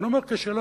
ואני אומר כשלנו,